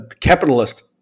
Capitalist